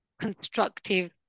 constructive